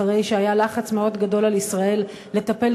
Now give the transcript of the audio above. אחרי שהיה לחץ גדול מאוד על ישראל לטפל